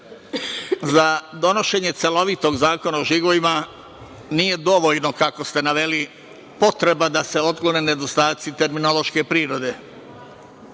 donošenje celovitog Zakona o žigovima nije dovoljna, kako ste naveli, potreba da se otklone nedostaci terminološke prirode.